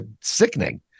sickening